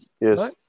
yes